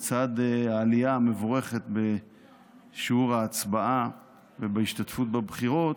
לצד העלייה המבורכת בשיעור ההצבעה ובהשתתפות בבחירות,